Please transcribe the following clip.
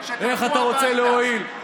איך אתה רוצה להועיל.